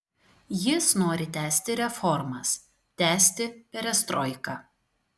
jis nori tęsti reformas tęsti perestroiką